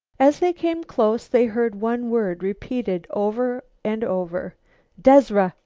as they came close they heard one word repeated over and over dezra!